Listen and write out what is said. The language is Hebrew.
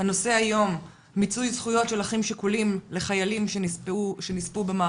הנושא היום הוא מיצוי זכויות של אחים שכולים לחיילים שנספו במערכה.